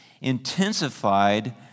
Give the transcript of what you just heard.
intensified